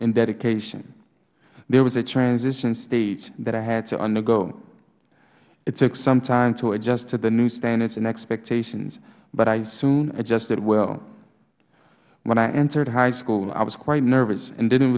and dedication there was a transition stage that i had to undergo it took some time to adjust to the new standards and expectations but i soon adjusted well when i entered high school i was quite nervous and didn't